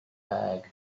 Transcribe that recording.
bag